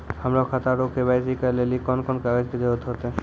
हमरो खाता रो के.वाई.सी करै लेली कोन कोन कागज के जरुरत होतै?